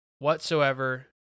whatsoever